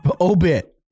obit